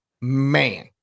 Man